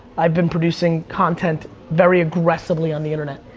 i've been producing content very aggressively on the internet.